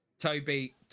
Toby